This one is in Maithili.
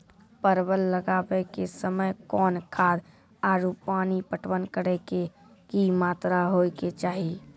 परवल लगाबै के समय कौन खाद आरु पानी पटवन करै के कि मात्रा होय केचाही?